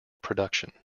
production